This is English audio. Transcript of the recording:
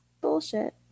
Bullshit